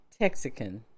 Texican